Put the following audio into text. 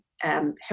help